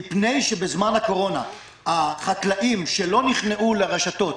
מפני שבזמן הקורונה החקלאים שלא נכנסו לרשתות